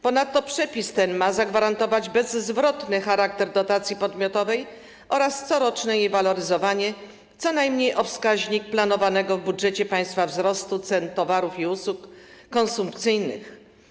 Ponadto przepis ten ma zagwarantować bezzwrotny charakter dotacji podmiotowej oraz coroczne jej waloryzowanie co najmniej o wskaźnik planowanego w budżecie państwa wzrostu cen towarów i usług konsumpcyjnych.